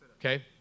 Okay